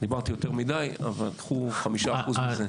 דיברתי יותר מדי, אבל קחו חמישה אחוזים מזה.